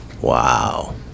Wow